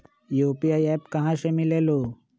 UPI app कहा से मिलेलु?